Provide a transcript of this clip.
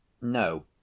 No